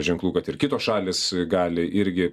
ženklų kad ir kitos šalys gali irgi